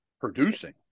producing